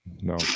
No